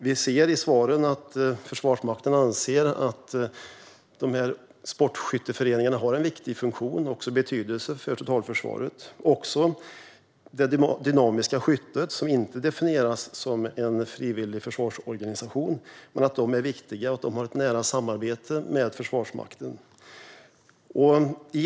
Vi ser i svaren att Försvarsmakten anser att sportskytteföreningarna har en viktig funktion och en stor betydelse för totalförsvaret samt att det dynamiska skyttet, som inte definieras som en frivillig försvarsorganisation, är viktigt och har ett nära samarbete med Försvarsmakten.